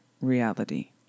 reality